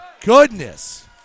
goodness